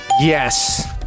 Yes